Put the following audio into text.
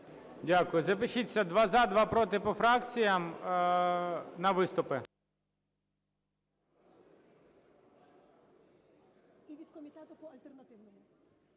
Дякую. Запишіться, два – за, два – проти, по фракціям, на виступи.